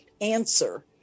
answer